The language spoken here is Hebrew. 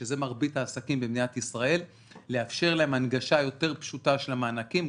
שזה מרבית העסקים במדינת ישראל ולאפשר להם הנגשה יותר פשוטה של המענקים,